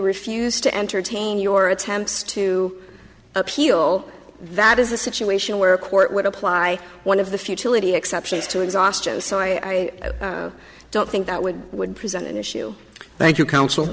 refuse to entertain your attempts to appeal that is a situation where a court would apply one of the futility exceptions to exhaustion so i don't think that would would present an issue thank you counsel